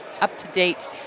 up-to-date